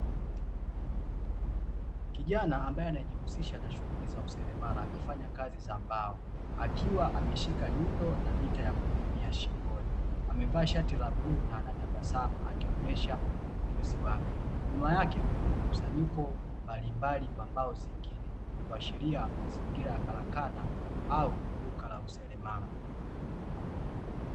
Kijana ambaye anajihushisha na shughuli za useremala akifanya kazi za mbao, akiwa ameshika nyundo na mita ya kupimia shingoni. Amevaa shati la bluu na anatabasamu akionyesha ujuzi wake. Nyuma yake kuna mkusanyiko mbalimbali wa mbao zingine, kuashiria mazingira ya karakana au duka la useremala.